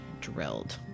drilled